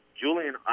Julian